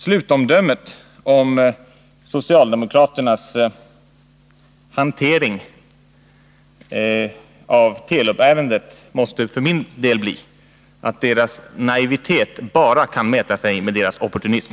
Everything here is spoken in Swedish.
Slutomdömet om socialdemokraternas hantering av Telub-ärendet måste för min del bli att deras naivitet bara kan mäta sig med deras opportunism.